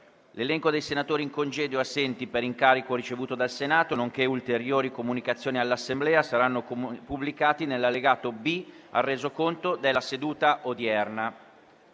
L'elenco dei senatori in congedo e assenti per incarico ricevuto dal Senato, nonché ulteriori comunicazioni all'Assemblea saranno pubblicati nell'allegato B al Resoconto della seduta odierna.